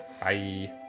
Bye